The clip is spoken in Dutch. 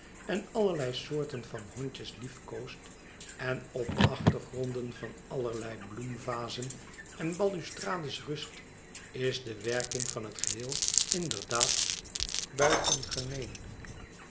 en allerlei soorten van hondjes liefkoost en op achtergronden van allerlei bloem vazen en balustrades rust is de werking van het geheel inderdaad